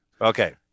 okay